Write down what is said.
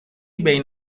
بین